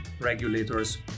regulators